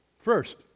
First